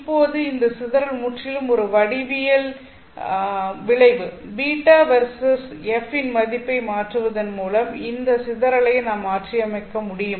இப்போது இந்த சிதறல் முற்றிலும் ஒரு வடிவியல் விளைவு β வெர்சஸ் f இன் மதிப்பை மாற்றுவதன் மூலம் இந்த சிதறலை நான் மாற்றியமைக்க முடியும்